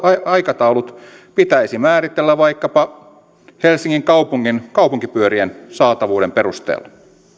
aikataulut pitäisi määritellä vaikkapa helsingin kaupungin kaupunkipyörien saatavuuden perusteella